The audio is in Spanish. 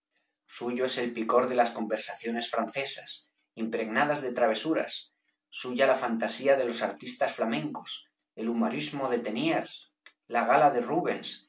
suyo es el picor de las conversaciones francesas impregnadas de travesuras suya la fantasía de los artistas flamencos el humorismo de teniers la gala de rubens